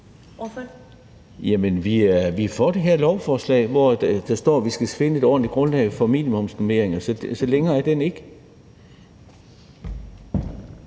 Hav (S): Jamen vi er for det her lovforslag, hvori der står, at vi skal finde et ordentligt grundlag for minimumsnormeringer. Så længere er den ikke.